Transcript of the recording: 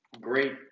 Great